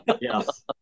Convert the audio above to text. Yes